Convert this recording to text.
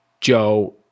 Joe